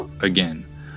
again